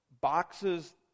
boxes